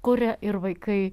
kuria ir vaikai